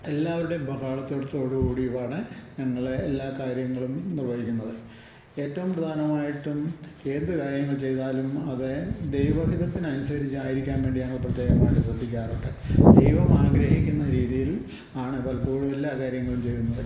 എല്ലാവരുടെ പങ്കാളിത്തത്തോടുകൂടിയുമാണ് ഞങ്ങള് എല്ലാ കാര്യങ്ങളും നിർവഹിക്കുന്നത് ഏറ്റവും പ്രധാനമായിട്ടും എന്ത് കാര്യങ്ങൾ ചെയ്താലും അത് ദൈവഹിതത്തിനനുസരിച്ചായിരിക്കാന് വേണ്ടി ഞങ്ങൾ പ്രത്യേകമായിട്ട് ശ്രദ്ധിക്കാറുണ്ട് ദൈവം ആഗ്രഹിക്കുന്ന രീതിയിൽ ആണ് പലപ്പോഴും എല്ലാ കാര്യങ്ങളും ചെയ്യുന്നത്